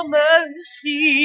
mercy